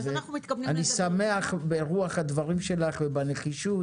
אני שמח לרוח הדברים שלך ובנחישות